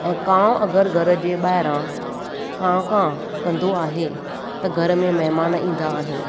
ऐं कांउ अगरि घर जे ॿाहिरां कांव कांव कंदो आहे त घर में महिमान ईंदा आहिनि